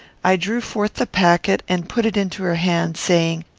i drew forth the packet, and put it into her hand, saying,